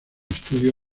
estudio